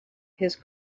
his